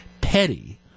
petty